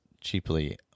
cheaply